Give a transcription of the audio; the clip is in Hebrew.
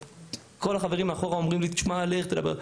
כל החברים מאחור אומרים לי, תשמע, לך, תדבר.